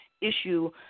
issue